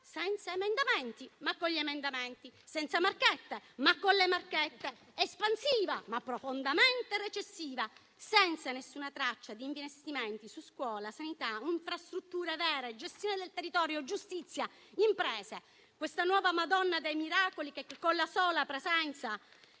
senza emendamenti, ma con gli emendamenti, senza marchette, ma con le marchette; espansiva, ma profondamente recessiva; senza nessuna traccia di investimenti su scuola, sanità, infrastrutture vere, gestione del territorio, giustizia, imprese; questa nuova Madonna dei miracoli che con la sola presenza